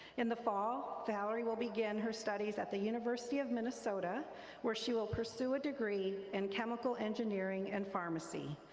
in the fall, valerie will begin her studies at the university of minnesota where she will pursue a degree in chemical engineering and pharmacy.